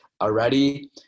already